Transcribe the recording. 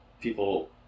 people